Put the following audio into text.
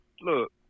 look